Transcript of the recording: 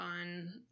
on